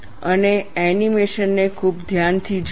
અને એનિમેશન ને ખૂબ જ ધ્યાનથી જુઓ